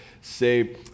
say